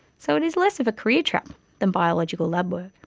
so it is less of career trap than biological lab work.